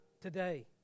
today